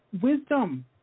wisdom